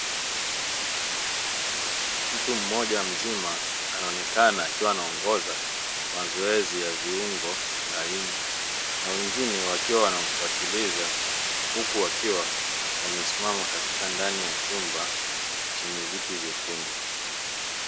Mtu mmoja mzima anaonekana akiwa anaongoza mazoezi ya viungo laini na wengine wakiwa wanamfuatiliza huku wakiwa wamesimama ndani ya chumba chenye viti vyekundu.